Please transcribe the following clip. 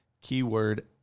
keyword